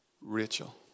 Rachel